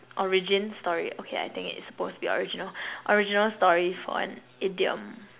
origin story okay I think it's supposed to be original original story for an idiom